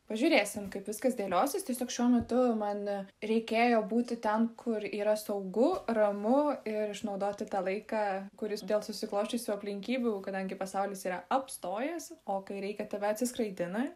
pažiūrėsim kaip viskas dėliosis tiesiog šiuo metu man reikėjo būti ten kur yra saugu ramu ir išnaudoti tą laiką kuris dėl susiklosčiusių aplinkybių kadangi pasaulis yra apstojęs o kai reikia tave atsiskraidina